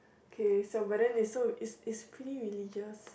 K so but then it's so is is pretty religious